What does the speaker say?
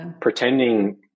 pretending